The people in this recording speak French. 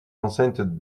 enceinte